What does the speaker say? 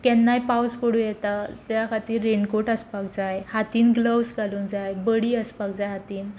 केन्नाय पावस पडूं येता त्या खातीर रेनकोट आसपाक जाय हातीन ग्लोव्स घालूंक जाय बडी आसपाक जाय हातीन